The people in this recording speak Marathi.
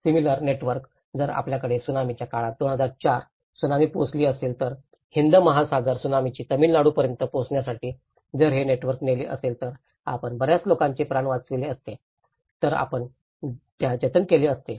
सिमिलर नेटवर्क जर आपल्याकडे त्सुनामीच्या काळात 2004 त्सुनामी पोहोचली असेल तर हिंद महासागर त्सुनामी तमिळनाडु पर्यंत पोहोचण्यासाठी जर हे नेटवर्क नेले असते तर आपण बर्याच लोकांचे प्राण वाचवले असते तर आपण त्या जतन केले असते